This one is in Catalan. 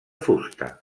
fusta